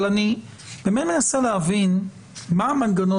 אבל אני באמת מנסה להבין מה המנגנון,